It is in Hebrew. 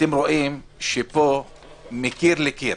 אתם רואים פה מקיר לקיר